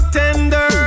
tender